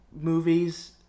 movies